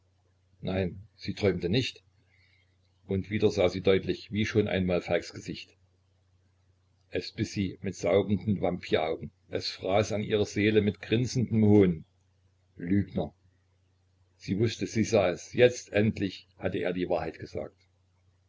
nein sie träumte nicht und wieder sah sie deutlich wie schon einmal falks gesicht es biß sie mit saugenden vampiraugen es fraß an ihrer seele mit grinsendem hohn lügner sie wußte sie sah es jetzt endlich hatte er die wahrheit gesagt